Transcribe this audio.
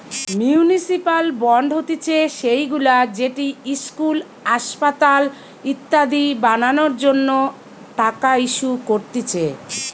municipal bond হতিছে সেইগুলা যেটি ইস্কুল, আসপাতাল ইত্যাদি বানানোর জন্য টাকা ইস্যু করতিছে